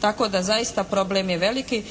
tako da zaista problem je veliki